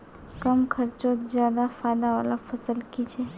कम खर्चोत ज्यादा फायदा वाला फसल की छे?